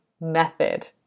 method